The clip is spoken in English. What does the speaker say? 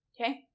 Okay